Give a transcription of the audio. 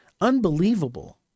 unbelievable